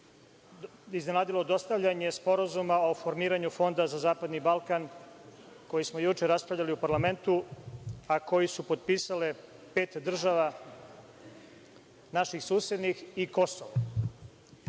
iznenadilo dostavljanje Sporazuma o formiranju Fonda za zapadni Balkan, koji smo juče raspravljali u parlamentu, a koji su potpisale pet država naših susednih i Kosovo.